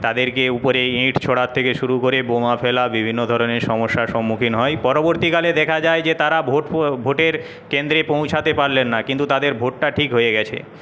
তাদেরকে উপরে ইঁট ছোঁড়ার থেকে শুরু করে বোমা ফেলা বিভিন্ন ধরনের সমস্যার সম্মুখীন হয় পরবর্তীকালে দেখা যায় যে তারা ভোট ভোটের কেন্দ্রে পৌঁছাতে পারলেন না কিন্তু তাদের ভোটটা ঠিক হয়ে গেছে